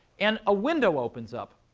and a window opens up.